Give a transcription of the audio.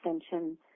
extension